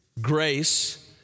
Grace